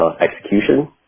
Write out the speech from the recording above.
execution